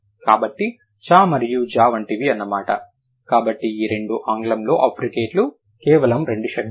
కాబట్టి చా మరియు ఝా వంటివి అన్నమాట కాబట్టి ఈ రెండూ ఆంగ్లంలో అఫ్రికేట్లు కేవలం రెండు శబ్దాలు